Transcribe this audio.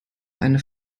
eine